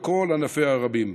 על כל ענפיה הרבים.